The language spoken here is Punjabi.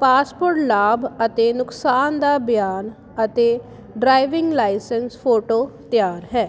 ਪਾਸਪੋਰਟ ਲਾਭ ਅਤੇ ਨੁਕਸਾਨ ਦਾ ਬਿਆਨ ਅਤੇ ਡਰਾਈਵਿੰਗ ਲਾਇਸੈਂਸ ਫੋਟੋ ਤਿਆਰ ਹੈ